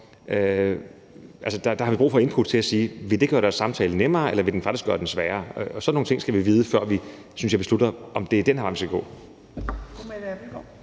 Der har vi brug for input til at kunne sige, om det vil gøre deres samtale nemmere, eller om det faktisk vil gøre den sværere. Sådan nogle ting skal vi vide, synes jeg, før vi beslutter, om det er den her vej, vi skal gå.